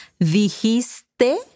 dijiste